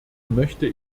möchte